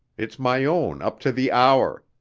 it's my own up to the hour.